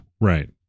Right